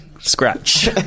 scratch